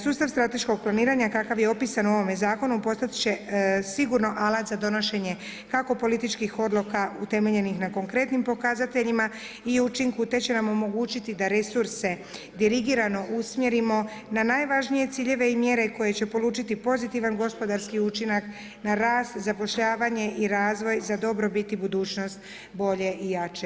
Sustav strateškog planiranja kakav je opisan u ovome zakonu postat će sigurno alat za donošenje kako političkih odluka utemeljenih na konkretnim pokazateljima i učinku te će nam omogućiti da resurse dirigirano usmjerimo na najvažnije ciljeve i mjere koje će polučiti pozitivan gospodarski učinak na rast, zapošljavanje i razvoj za dobrobit i budućnost bolje i jače Hrvatske.